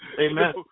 Amen